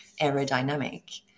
aerodynamic